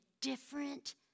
different